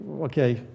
okay